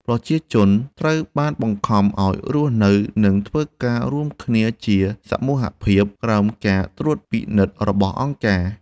ប្រជាជនត្រូវបានបង្ខំឱ្យរស់នៅ និងធ្វើការរួមគ្នាជាសមូហភាពក្រោមការត្រួតពិនិត្យរបស់ "អង្គការ"។